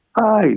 Hi